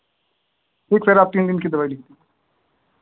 ठीक सर आप तीन दिन की दवाई लिख दीजिए